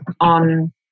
on